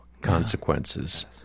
consequences